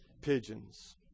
pigeons